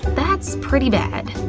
that's pretty bad.